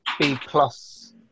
B-plus